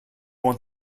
want